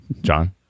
John